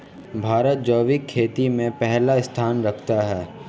भारत जैविक खेती में पहला स्थान रखता है